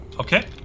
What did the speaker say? Okay